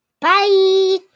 Bye